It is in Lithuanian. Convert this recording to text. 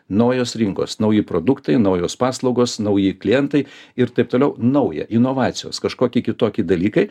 naujos rinkos nauji produktai naujos paslaugos nauji klientai ir taip toliau nauja inovacijos kažkoki kitoki dalykai